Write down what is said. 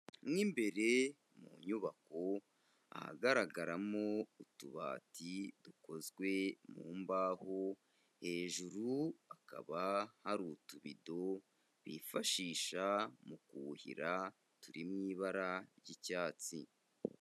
Mo imbere mu nyubako ahagaragaramo utubati dukozwe mu mbaho, hejuru hakaba hari utubido bifashisha mu kuhira turi mu ibara ry'icyatsi.